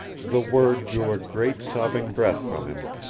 the word drew a great, sobbing breath from him,